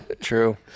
True